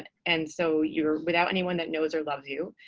and and so you're without anyone that knows or loves you.